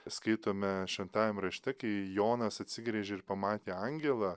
skaitome šventajam rašte kai jonas atsigręžė ir pamatė angelą